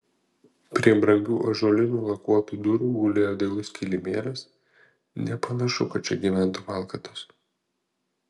prie brangių ąžuolinių lakuotų durų gulėjo dailus kilimėlis nepanašu kad čia gyventų valkatos